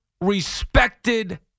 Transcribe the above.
respected